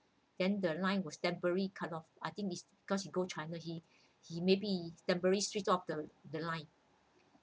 then the line was temporary cut off I think it's because he go china he he maybe temporary switched off the the line